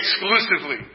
exclusively